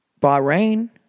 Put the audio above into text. Bahrain